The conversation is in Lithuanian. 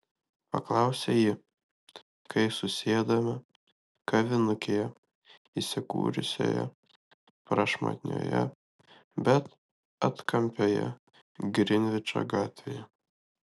paklausė ji kai susėdome kavinukėje įsikūrusioje prašmatnioje bet atkampioje grinvičo gatvėje